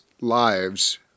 lives